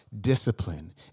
discipline